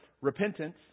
repentance